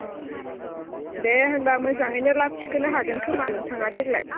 अ दे होनबा मोजांयैनो लाभ थिखोनो हागोन खोमा नोंथाङा देग्लाय